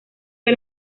del